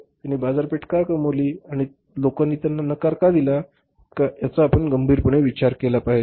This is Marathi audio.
त्यांनी बाजारपेठ का गमावली आहे आणि लोकांनी त्यांचा नाकार का केला याचा आपण गंभीरपणे विचार केला पाहिजे